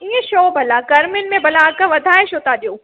ईअं छो भला गर्मीयुनि में भला अघु वधाये छो था ॾियो